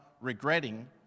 regretting